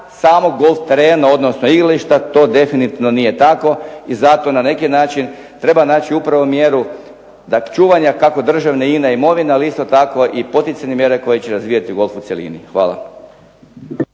samog golf terena, odnosno igrališta, to definitivno nije tako i zato na neki način treba naći upravo mjeru da čuvanja kako državne INA-e i imovine, ali isto tako i potencijalne mjere koje će razvijati golf u cjelini. Hvala.